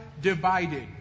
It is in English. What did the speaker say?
divided